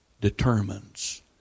determines